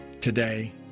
Today